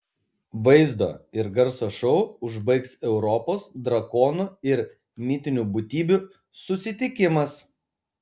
šį vaizdo ir garso šou užbaigs europos drakonų ir mitinių būtybių susitikimas